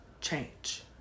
change